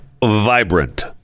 Vibrant